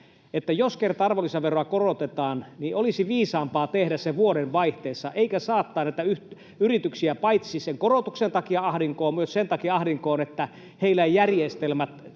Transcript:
jos kerta arvonlisäveroa korotetaan, niin olisi viisaampaa tehdä se vuodenvaihteessa eikä saattaa näitä yrityksiä paitsi sen korotuksen takia ahdinkoon, myös sen takia ahdinkoon, että heillä ei järjestelmät tunnista